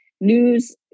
news